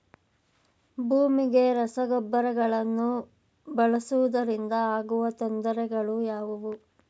ಭೂಮಿಗೆ ರಸಗೊಬ್ಬರಗಳನ್ನು ಬಳಸುವುದರಿಂದ ಆಗುವ ತೊಂದರೆಗಳು ಯಾವುವು?